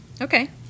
Okay